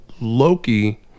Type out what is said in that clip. Loki